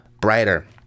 brighter